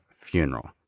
funeral